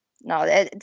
No